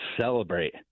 celebrate